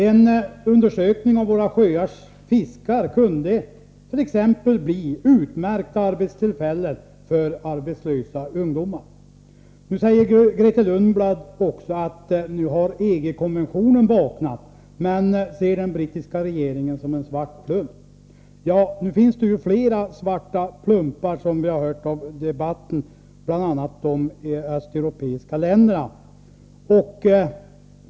En undersökning av fiskarna i våra sjöar exempelvis kunde ge utmärkta arbetstillfällen för arbetslösa ungdomar. Vidare säger Grethe Lundblad att man har vaknat när det gäller ECE-konventionen. Man ser den brittiska regeringens politik som en svart plump. Ja, som framgår av den här debatten finns det flera svarta plumpar. Det gäller bl.a. de östeuropeiska länderna.